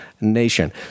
nation